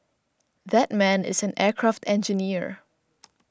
that man is an aircraft engineer